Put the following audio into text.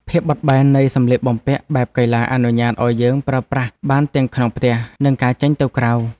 ភាពបត់បែននៃសម្លៀកបំពាក់បែបកីឡាអនុញ្ញាតឱ្យយើងប្រើប្រាស់បានទាំងក្នុងផ្ទះ និងការចេញទៅក្រៅ។